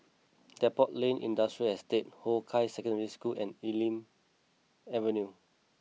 Depot Lane Industrial Estate Hong Kah Secondary School and Elm Avenue